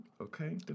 Okay